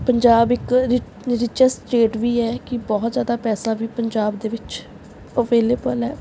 ਪੰਜਾਬ ਇੱਕ rich richest state ਵੀ ਹੈ ਕਿ ਬਹੁਤ ਜ਼ਿਆਦਾ ਪੈਸਾ ਵੀ ਪੰਜਾਬ ਦੇ ਵਿੱਚ ਅਵੇਲੇਬਲ ਹੈ